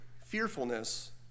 fearfulness